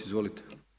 Izvolite.